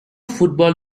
football